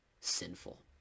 sinful